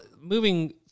moving